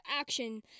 action